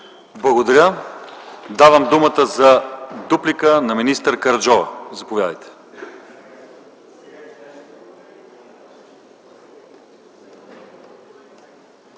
Благодаря. Давам думата за дуплика на министър Караджова. Заповядайте.